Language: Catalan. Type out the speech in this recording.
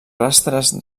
rastres